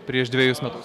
prieš dvejus metus